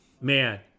man